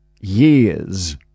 years